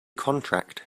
contract